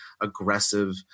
aggressive